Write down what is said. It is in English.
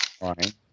right